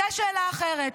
זו שאלה אחרת,